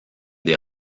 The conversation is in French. des